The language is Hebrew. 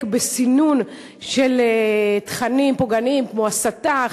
בסינון של תכנים פוגעניים כמו הסתה,